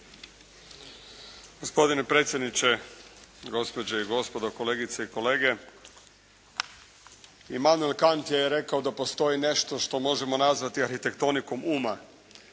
Gospodine predsjedniče, gospođe i gospodo, kolegice i kolege. Imanuel Kant je rekao da postoji nešto što možemo nazvati arhitektonikom uma.